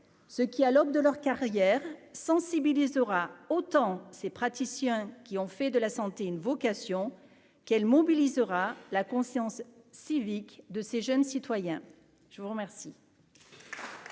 ce qui, à l'aube de leur carrière, sensibilisera autant ces praticiens qui ont fait de la santé, une vocation qu'elle mobilisera la conscience civique de ces jeunes citoyens je vous remercie.